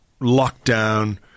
lockdown